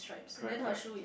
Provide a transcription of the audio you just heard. correct correct